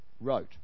wrote